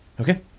Okay